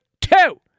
two